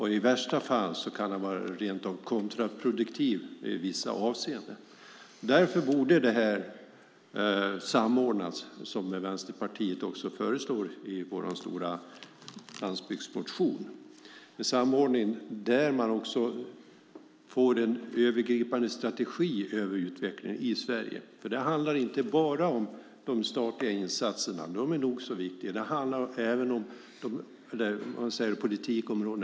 I värsta fall kan den rent av vara kontraproduktiv i vissa avseenden. Därför borde det till en samordning, som Vänsterpartiet också föreslår i vår stora landsbygdsmotion, där man får en övergripande strategi över utvecklingen i Sverige. Det handlar inte bara om de statliga insatserna. De är nog så viktiga, men det handlar även om politikområdena.